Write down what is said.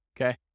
Okay